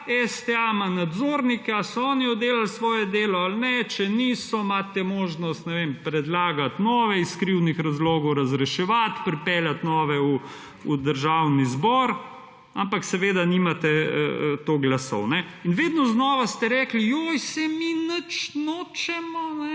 STA ima nadzornike ali so oni oddelali svoje delo ali ne, če niso imate možnost ne vem predlagati nove iz krivdnih razlogov razreševati, pripeljati nove v Državni zbor, ampak nimate toliko glasov. Vedno znova ste rekli joj, saj mi nič nočemo,